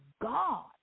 God